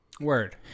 Word